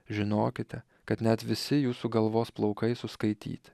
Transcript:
žinokite kad net visi jūsų galvos plaukai suskaityt